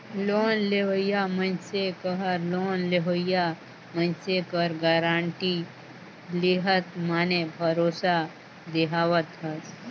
loan लेवइया मइनसे कहर लोन लेहोइया मइनसे कर गारंटी लेहत माने भरोसा देहावत हस